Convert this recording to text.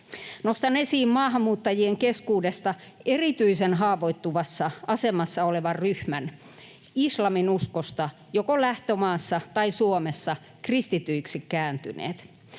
Nostan esiin maahanmuuttajien keskuudesta erityisen haavoittuvassa asemassa olevan ryhmän: islamin uskosta joko lähtömaassa tai Suomessa kristityiksi kääntyneet.